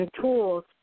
tools